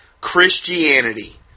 Christianity